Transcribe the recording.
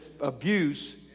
abuse